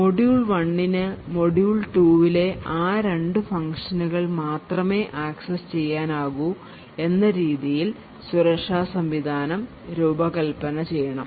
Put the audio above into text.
module 1ന് module 2 ലേ ആ 2 ഫംഗ്ഷനുകൾ മാത്രമേ ആക്സസ്സുചെയ്യാനാകൂ എന്ന രീതിയിൽ സുരക്ഷാ സംവിധാനം രൂപകൽപ്പന ചെയ്യണം